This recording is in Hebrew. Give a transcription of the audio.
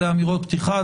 אלה אמירות פתיחה.